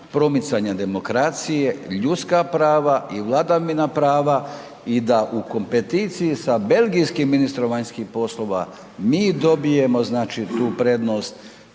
promicanja demokracije, ljudska prava i vladavina prava i da u kompeticiji sa belgijskim ministrom vanjskih poslova mi dobijemo znači tu prednost,